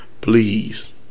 please